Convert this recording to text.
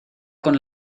con